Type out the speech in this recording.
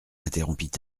interrompit